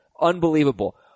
Unbelievable